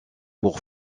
pour